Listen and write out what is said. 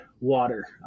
water